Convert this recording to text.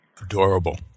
Adorable